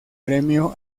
premio